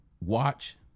watch